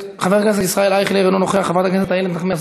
חבר הכנסת מנחם אליעזר מוזס,